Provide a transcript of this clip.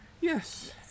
Yes